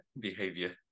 behavior